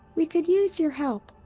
we could use your help!